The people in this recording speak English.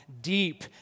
deep